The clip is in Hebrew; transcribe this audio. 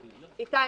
איתי,